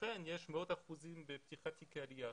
לכן יש מאות אחוזים שפותחים תיקי עלייה.